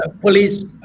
police